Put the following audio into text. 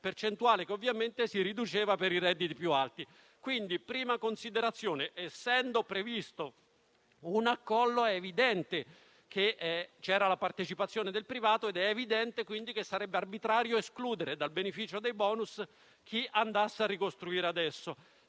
percentuale che ovviamente si riduceva per i redditi più alti. Quindi, prima considerazione: essendo previsto un accollo, è evidente che c'era la partecipazione del privato, come è evidente che sarebbe arbitrario escludere dal beneficio dei *bonus* chi andasse a ricostruire adesso.